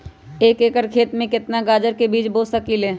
एक एकर खेत में केतना गाजर के बीज बो सकीं ले?